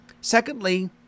Secondly